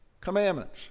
Commandments